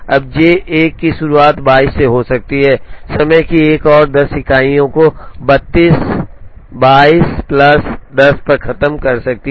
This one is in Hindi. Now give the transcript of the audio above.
अब J 1 की शुरुआत 22 से हो सकती है समय की एक और 10 इकाइयों को 32 22 प्लस 10 पर खत्म कर सकती है